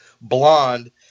blonde